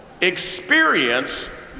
Experience